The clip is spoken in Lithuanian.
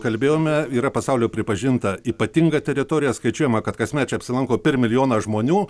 kalbėjome yra pasaulio pripažinta ypatinga teritorija skaičiuojama kad kasmet čia apsilanko per milijoną žmonių